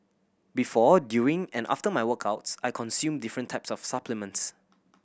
before during and after my workouts I consume different types of supplements